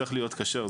צריך להיות כשר.